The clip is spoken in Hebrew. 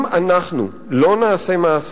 אם אנחנו לא נעשה מאמץ